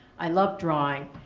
i love drawing.